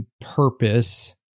purpose